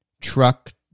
Truck